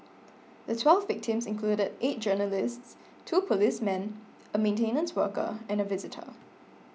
the twelve victims included eight journalists two policemen a maintenance worker and a visitor